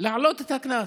להעלות את הקנס.